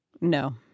No